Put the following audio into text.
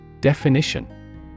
Definition